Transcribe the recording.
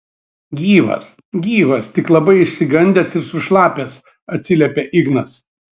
gyvas gyvas tik labai išsigandęs ir sušlapęs atsiliepia ignas